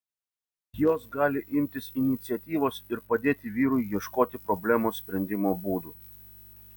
bet jos gali imtis iniciatyvos ir padėti vyrui ieškoti problemos sprendimo būdų